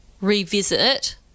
revisit